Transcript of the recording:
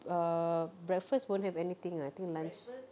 err breakfast won't have anything ah I think lunch